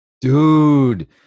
dude